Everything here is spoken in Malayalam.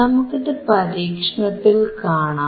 നമുക്കിത് പരീക്ഷണത്തിൽ കാണാം